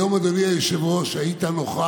היום, אדוני היושב-ראש, היית נוכח